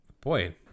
boy